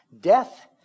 Death